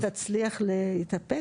ואתה תצליח להתאפק?